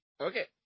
Okay